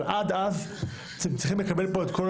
אבל עד אז הם צריכים לקבל פה את כל